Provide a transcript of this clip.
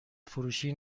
فروشی